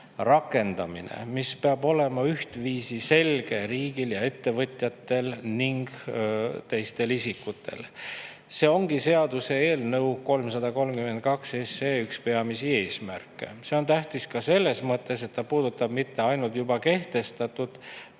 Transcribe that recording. rakendamine, mis peab olema ühtviisi selge riigile, ettevõtjatele ning teistele isikutele. See ongi seaduseelnõu 332 üks peamisi eesmärke. See on tähtis ka selles mõttes, et see ei puuduta mitte ainult juba kehtestatud,